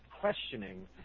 questioning